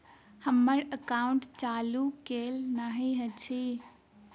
हम्मर एकाउंट चालू केल नहि अछि?